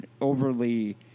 overly